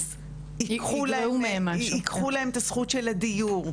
אז ייקחו להם את הזכות של הדיור.